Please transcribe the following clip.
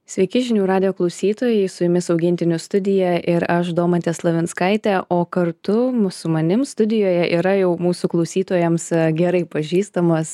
sveiki žinių radijo klausytojai su jumis augintinių studija ir aš domantė slavinskaitė o kartu mu su manim studijoje yra jau mūsų klausytojams gerai pažįstamas